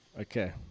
Okay